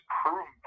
prove